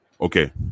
Okay